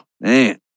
man